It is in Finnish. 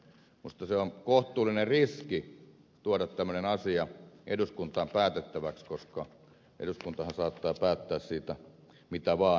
minusta on kohtuullinen riski tuoda tämmöinen asia eduskuntaan päätettäväksi koska eduskuntahan saattaa päättää siitä mitä vaan